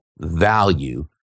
value